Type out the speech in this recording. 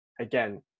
again